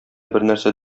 бернәрсә